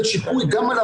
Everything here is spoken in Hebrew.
מעביר אותה.